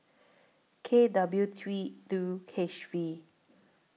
K W three two H V